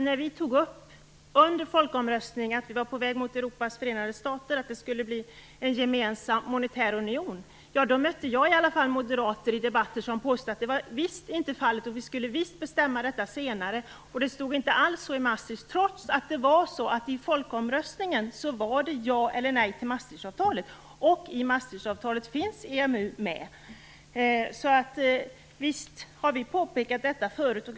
När vi i samband med folkomröstningen tog upp att vi var på väg mot Europas förenta stater och att det skulle bli en gemensam monetär union, mötte i alla fall jag moderater i debatten som påstod att det visst inte var fallet, att vi skulle besluta om detta senare och att det inte alls stod så i Maastricht, trots att det i folkomröstningen handlade om ja eller nej till Maastrichtavtalet och EMU finns med i Maastrichtavtalet. Så visst har vi påpekat detta tidigare.